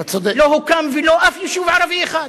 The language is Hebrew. לא הוקם ולו יישוב ערבי אחד.